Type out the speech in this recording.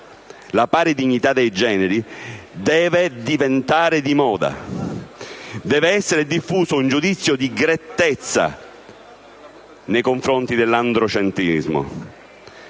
La pari dignità dei generi deve diventare di moda; deve essere diffuso un giudizio di grettezza nei confronti dell'androcentrismo.